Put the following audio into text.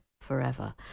forever